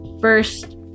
first